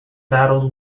battles